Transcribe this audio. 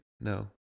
No